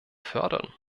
fördern